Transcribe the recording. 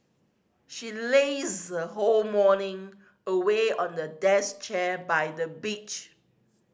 she lazed whole morning away on a deck chair by the beach